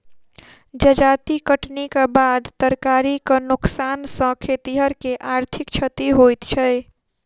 जजाति कटनीक बाद तरकारीक नोकसान सॅ खेतिहर के आर्थिक क्षति होइत छै